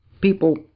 People